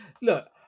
look